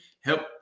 help